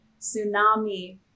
tsunami